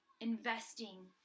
investing